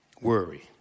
worry